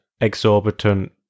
exorbitant